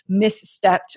misstepped